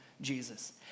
Jesus